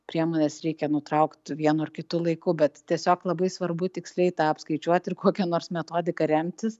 priemones reikia nutraukt vienu ar kitu laiku bet tiesiog labai svarbu tiksliai tą apskaičiuot ir kokia nors metodika remtis